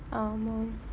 ah man